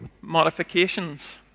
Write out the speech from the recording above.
modifications